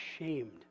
ashamed